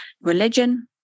religion